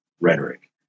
rhetoric